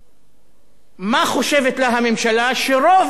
מה חושבת לה הממשלה שרוב מצביעיה,